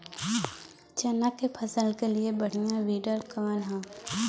चना के फसल के लिए बढ़ियां विडर कवन ह?